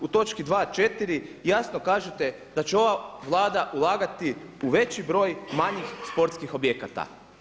U točki 2.4 jasno kažete da će ova Vlada ulagati u veći broj manjih sportskih objekata.